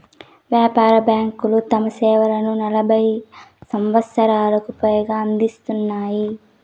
వ్యాపార బ్యాంకులు తమ సేవలను నలభై సంవచ్చరాలకు పైగా అందిత్తున్నాయి